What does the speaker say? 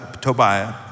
Tobiah